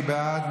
מי בעד?